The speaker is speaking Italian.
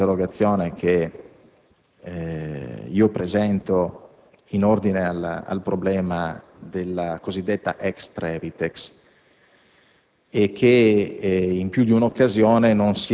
non è la prima interrogazione che presento in ordine al problema della cosiddetta ex Trevitex